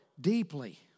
deeply